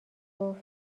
گفت